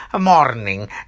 morning